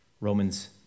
Romans